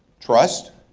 trust.